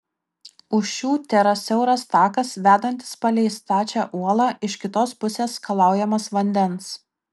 už šių tėra siauras takas vedantis palei stačią uolą iš kitos pusės skalaujamas vandens